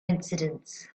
incidents